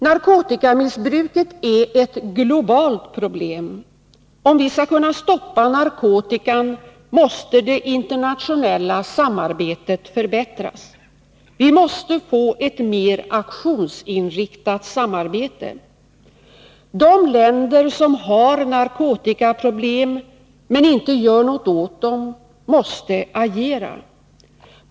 Narkotikamissbruket är ett globalt problem. Om vi skall kunna stoppa narkotikan, måste det internationella samarbetet förbättras. Vi måste få ett mer aktionsinriktat samarbete. De länder som har narkotikaproblem men inte gör något åt dem måste agera.